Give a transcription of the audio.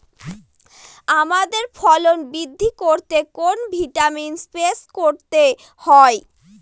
আমের ফলন বৃদ্ধি করতে কোন ভিটামিন স্প্রে করতে হয়?